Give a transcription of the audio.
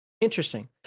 interesting